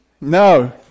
No